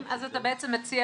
אתה בעצם מציע